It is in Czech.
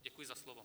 Děkuji za slovo.